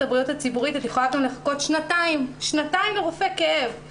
הבריאות הציבורית את יכולה גם לחכות שנתיים לרופא כאב.